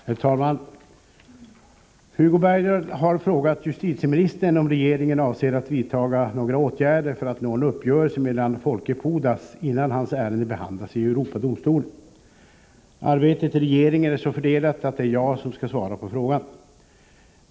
Herr talman! Hugo Bergdahl har frågat justitieministern om regeringen avser att vidtaga några åtgärder för att nå en uppgörelse med Folke Pudas innan hans ärende behandlas i Europadomstolen. Arbetet i regeringen är så fördelat att det är jag som skall svara på frågan.